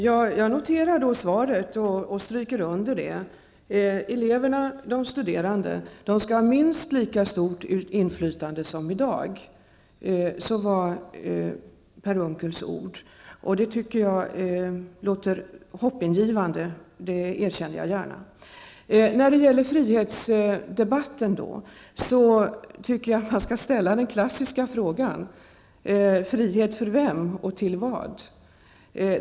Fru talman! Jag noterar svaret och stryker under vad utbildningsministern har sagt. De studerande skall ha minst lika stort inflytande som i dag; det var Per Unckels ord. Det tycker jag låter hoppingivande, det erkänner jag gärna. Vad gäller frihetsdebatten tycker jag att man skall ställa den klassiska frågan: frihet för vem och till vad?